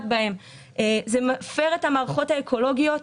זה מפר את המערכות האקולוגיות,